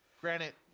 Granite